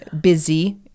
busy